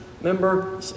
member